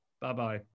Bye-bye